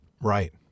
Right